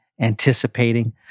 anticipating